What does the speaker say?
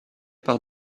par